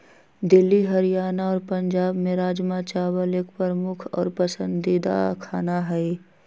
दिल्ली हरियाणा और पंजाब में राजमा चावल एक प्रमुख और पसंदीदा खाना हई